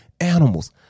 animals